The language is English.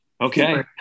Okay